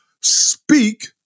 speak